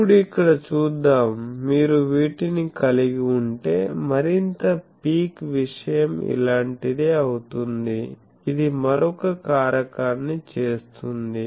ఇప్పుడు ఇక్కడ చూద్దాం మీరు వీటిని కలిగి ఉంటే మరింత పీక్ విషయం ఇలాంటిదే అవుతుంది ఇది మరొక కారకాన్ని చేస్తుంది